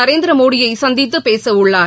நரேந்திர மோடியை சந்தித்துப் பேசவுள்ளார்